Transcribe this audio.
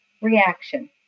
reaction